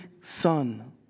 son